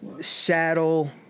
Saddle